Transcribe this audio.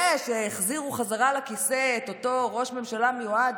זה שהחזירו חזרה לכיסא את אותו ראש ממשלה מיועד,